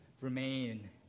remain